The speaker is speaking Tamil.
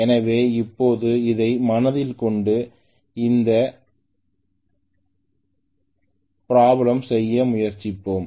எனவே இப்போது இதை மனதில் கொண்டு இந்த ப்ராப்ளம் செய்ய முயற்சிப்போம்